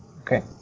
Okay